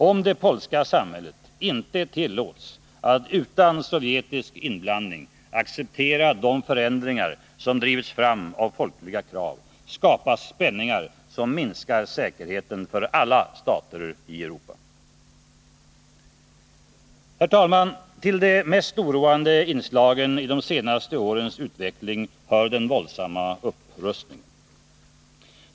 Om det polska samhället inte tillåts att utan sovjetisk inblandning acceptera de förändringar som drivits fram av folkliga krav, skapas spänningar som minskar säkerheten för alla stater i Europa. Herr talman! Till de mest oroande inslagen i de senaste årens utveckling hör den våldsamma upprustningen.